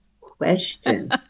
question